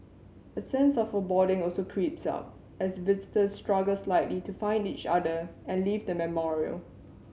a sense of foreboding also creeps up as visitors struggle slightly to find each other and leave the memorial